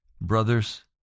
brothers